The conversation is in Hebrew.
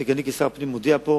אני כשר הפנים מודיע פה